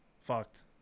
fucked